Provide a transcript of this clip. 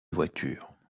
voiture